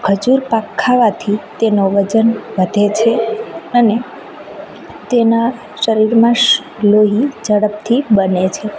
ખજૂરપાક ખાવાથી તેનો વજન વધે છે અને તેના શરીરમાં લોહી ઝડપથી બને છે